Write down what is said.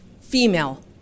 female